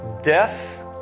Death